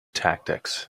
tactics